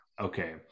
Okay